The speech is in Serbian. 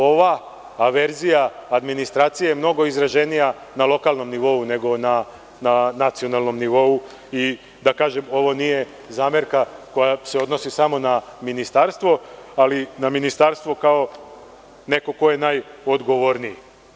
Ova averzija administracije je mnogo izraženija na lokalnom nivou nego na nacionalnom nivou i ovo nije zamerka koja se odnosi samo na ministarstvo, ali na ministarstvo kao nekog ko je najodgovorniji.